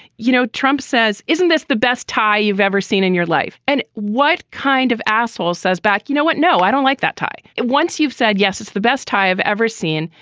you know, trump says, isn't this the best tie you've ever seen in your life? and what kind of asshole says back? you know what? no, i don't like that tie. once you've said, yes, it's the best tie i've ever seen.